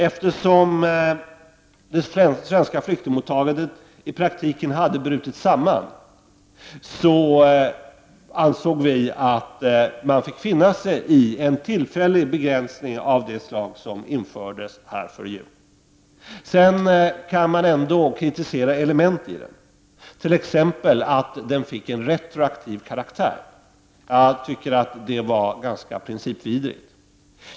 Eftersom det svenska flyktingmottagandet i praktiken hade brutit samman ansåg vi i centern att vi fick finna oss i en tillfällig begränsning av det slag som infördes före jul. Man kan emellertid kritisera element i detta beslut, t.ex. att det fick en retroaktiv karaktär. Jag tycker att det var ganska principvidrigt.